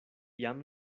jam